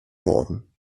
worden